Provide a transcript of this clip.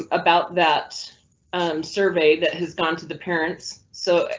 um about that um survey that has gone to the parents. so